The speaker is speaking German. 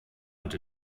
und